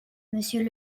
monsieur